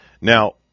Now